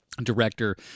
director